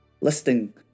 listing